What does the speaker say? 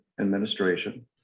administration